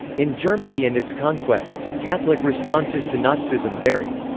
in germany and its conquests, catholic responses to nazism varied.